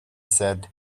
said